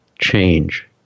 change